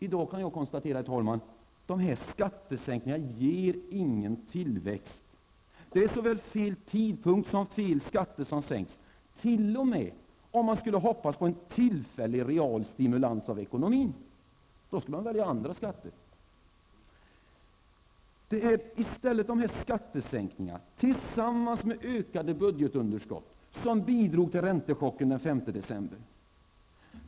I dag kan jag konstatera, herr talman, att dessa skattesänkningar inte ger någon tillväxt. Det är såväl fel tidpunkt som fel skatter som sänks, t.o.m. om man skulle hoppas på en tillfällig real stimulans av ekonomin. Då skulle man välja andra skatter. Det är i stället dessa skattesänkningar tillsammans med ökande budgetunderskott som bidrog till räntechocken den 5 december.